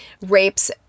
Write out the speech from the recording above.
rapes